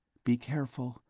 be careful,